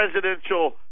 presidential